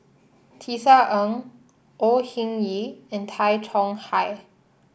Tisa Ng Au Hing Yee and Tay Chong Hai